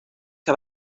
que